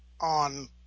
on